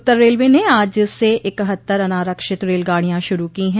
उत्तर railway न आज इकहत्तर अनारक्षित रेलगाड़ियां शुरू की है